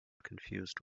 confused